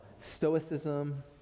stoicism